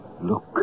look